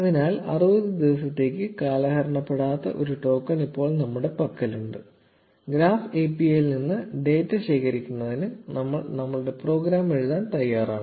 അതിനാൽ 60 ദിവസത്തേക്ക് കാലഹരണപ്പെടാത്ത ഒരു ടോക്കൺ ഇപ്പോൾ നമ്മളുടെ പക്കലുണ്ട് ഗ്രാഫ് API ൽ നിന്ന് ഡാറ്റ ശേഖരിക്കുന്നതിന് നമ്മൾ നമ്മളുടെ പ്രോഗ്രാം എഴുതാൻ തയ്യാറാണ്